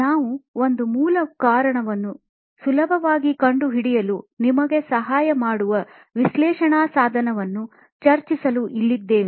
ನಾವು ಒಂದು ಮೂಲ ಕಾರಣವನ್ನು ಸುಲಭವಾಗಿ ಕಂಡುಹಿಡಿಯಲು ನಿಮಗೆ ಸಹಾಯ ಮಾಡುವ ವಿಶ್ಲೇಷಣಾ ಸಾಧನವನ್ನು ಚರ್ಚಿಸಲು ಇಲ್ಲಿದ್ದೇವೆ